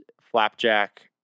Flapjack